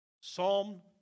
Psalm